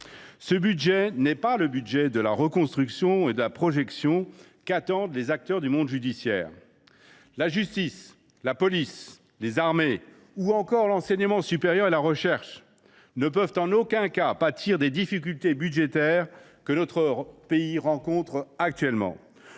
Ce budget n’est pas celui de la reconstruction et de la projection qu’attendent les acteurs du monde judiciaire. La justice, la police, les armées ou encore l’enseignement supérieur et la recherche ne sauraient en aucun cas pâtir des difficultés budgétaires que notre pays rencontre actuellement.